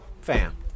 fam